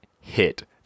hit